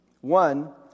One